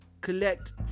collect